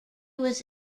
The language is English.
was